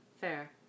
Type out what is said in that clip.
Fair